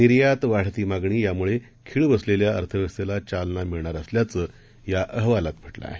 निर्यात वाढतीमागणीयामुळेखीळबसलेल्याअर्थव्यवस्थेलाचालनामिळणारअसल्याचंयाअहवालातम्हटलंआहे